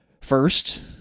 First